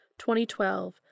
2012